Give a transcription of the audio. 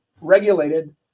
regulated